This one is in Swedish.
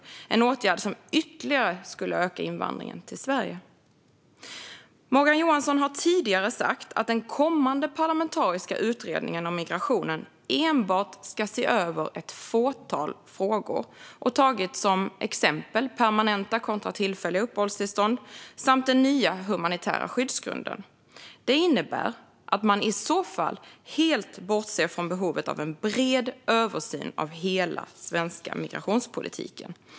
Det är en åtgärd som ytterligare skulle öka invandringen till Sverige. Morgan Johansson har tidigare sagt att den kommande parlamentariska utredningen om migrationen enbart ska se över ett fåtal frågor. Han har exemplifierat med permanenta kontra tillfälliga uppehållstillstånd samt den nya humanitära skyddsgrunden. Det innebär att man i så fall helt bortser från behovet av en bred översyn av hela den svenska migrationspolitiken.